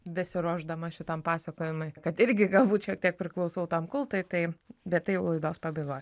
besiruošdama šitam pasakojimui kad irgi galbūt šiek tiek priklausau tam kultui tai bet tai jau laidos pabaigoj